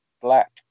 black